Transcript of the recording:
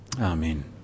Amen